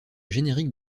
générique